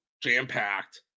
jam-packed